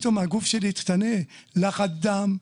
פתאום הגוף שלי לחץ דם,